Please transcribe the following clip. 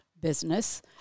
business